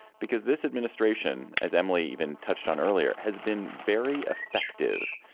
because this administration, as emily even touched on earlier, has been very effective,